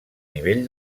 nivell